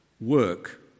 Work